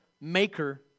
maker